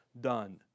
done